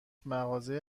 مغازه